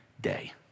day